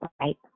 Right